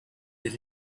that